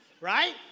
right